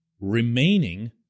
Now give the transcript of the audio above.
remaining